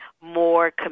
more